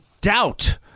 Doubt